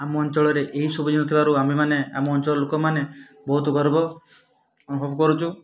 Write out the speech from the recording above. ଆମ ଅଞ୍ଚଳରେ ଏଇ ସବୁ ହେଉଥିବାରୁ ଆମେମାନେ ଆମ ଅଞ୍ଚଳର ଲୋକମାନେ ବହୁତ ଗର୍ବ ଅନୁଭବ କରୁଛୁ